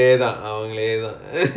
ya okay okay